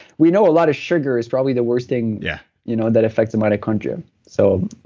we know a lot of sugar is probably the worst thing yeah you know that affects the mitochondria so